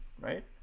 right